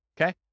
Okay